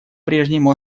прежнему